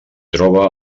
troba